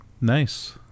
nice